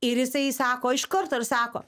ir jisai sako iš karto ir sako